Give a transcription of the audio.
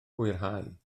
hwyrhau